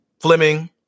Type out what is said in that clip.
Fleming